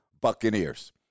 Buccaneers